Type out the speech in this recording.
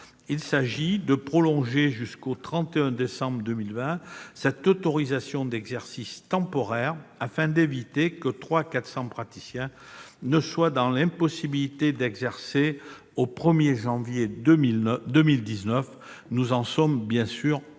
il s'agit de prolonger jusqu'au 31 décembre 2020 l'autorisation d'exercice temporaire afin d'éviter que 300 à 400 praticiens ne se retrouvent dans l'impossibilité d'exercer au 1 janvier 2019. Nous sommes d'accord